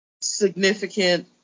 significant